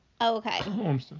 Okay